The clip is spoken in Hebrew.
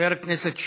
חבר הכנסת שטרן.